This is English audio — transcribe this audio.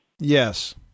Yes